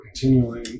continually